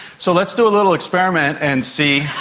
so let's do a little experiment and see,